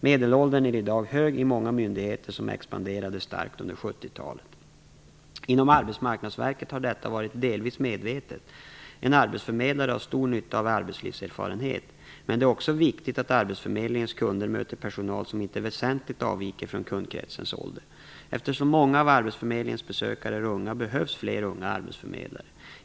Medelåldern är i dag hög i många myndigheter som expanderade starkt under 70-talet. Inom Arbetsmarknadsverket har detta varit delvis medvetet, en arbetsförmedlare har stor nytta av arbetslivserfarenhet. Men det är också viktigt att arbetsförmedlingens kunder möter personal som inte väsentligt avviker från kundkretsens ålder. Eftersom många av arbetsförmedlingens besökare är unga behövs fler unga arbetsförmedlare.